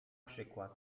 przykład